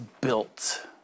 built